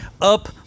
up